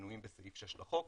שמנויים בסעיף 6 לחוק,